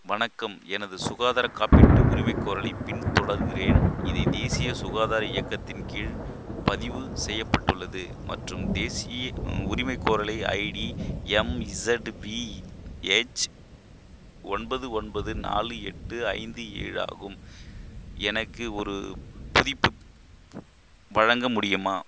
வணக்கம் எனது சுகாதார காப்பீட்டு உரிமைகோரலைப் பின்தொடர்கிறேன் இது தேசிய சுகாதார இயக்கத்தின் கீழ் பதிவு செய்யப்பட்டுள்ளது மற்றும் தேசிய உரிமைகோரலை ஐடி எம்இசட்விஹெச் ஒன்பது ஒன்பது நாலு எட்டு ஐந்து ஏழு ஆகும் எனக்கு ஒரு புதுப்பிப்பு வழங்க முடியுமா